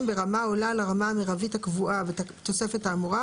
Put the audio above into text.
ברמה העולה על הרמה המרבית הקבועה בתוספת האמורה,